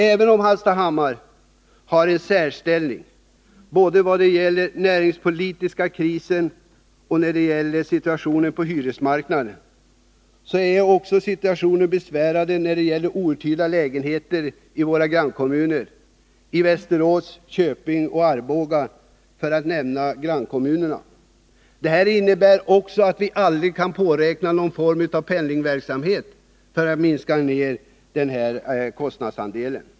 Även om Hallstahammar har en särställning — både när det gäller den näringspolitiska krisen och när det gäller hyresmarknaden — är situationen också besvärande när det gäller de outhyrda lägenheterna i våra grannkommuner, Västerås, Köping och Arboga. Det innebär alltså att vi aldrig kan påräkna någon form av pendlingsverksamhet för att minska den här kostnadsandelen.